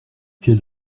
quel